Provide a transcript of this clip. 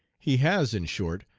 he has, in short,